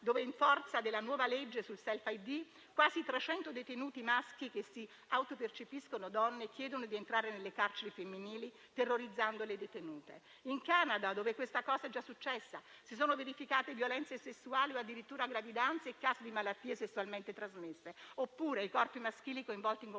dove, in forza della nuova legge sul *self-id*, quasi 300 detenuti maschi che si autopercepiscono donne hanno chiesto di entrare nelle carceri femminili, terrorizzando le detenute. In Canada, dove questa cosa è già successa, si sono verificate violenze sessuali o addirittura gravidanze e casi di malattie sessualmente trasmesse. Si pensi inoltre ai corpi maschili coinvolti in competizioni